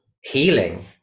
healing